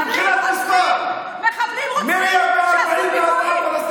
מחבלים רוצחים, מחבלים רוצחים.